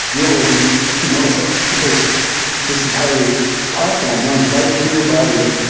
you're waiting a few mil liseconds, because this entire platform runs right in your browser.